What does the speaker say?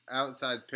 outside